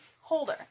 holder